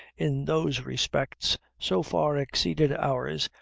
in those respects, so far exceeded ours,